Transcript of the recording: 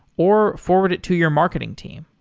or forward it to your marketing team.